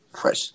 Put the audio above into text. Fresh